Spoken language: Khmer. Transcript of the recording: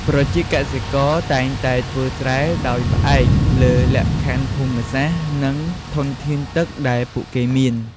ប្រជាកសិករតែងតែធ្វើស្រែដោយផ្អែកលើលក្ខខណ្ឌភូមិសាស្ត្រ និងធនធានទឹកដែលពួកគេមាន។